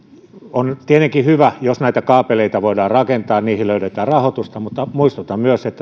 on tietenkin hyvä jos näitä kaapeleita voidaan rakentaa ja niihin löydetään rahoitusta mutta muistutan myös että